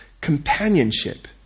companionship